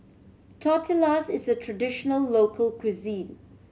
tortillas is a traditional local cuisine